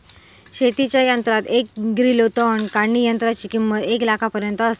शेतीच्या यंत्रात एक ग्रिलो तण काढणीयंत्राची किंमत एक लाखापर्यंत आसता